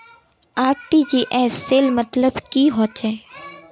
RTGS सेल मतलब की होचए?